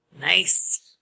Nice